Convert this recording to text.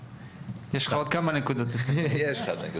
יש לך עוד כמה נקודות אצל מאיר.